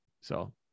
So-